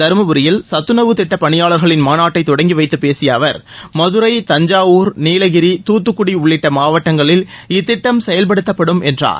தர்மபுரியில் சத்துனவு திட்டப் பணியாளர்களின் மாநாட்டை தொடங்கி வைத்துப் பேசிய அவர் மதுரை தஞ்சாவூர் நீலகிரி தூத்துக்குடி உள்ளிட்ட மாவட்டங்களில் இத்திட்டம் செயல்படுத்தப்படும் என்றார்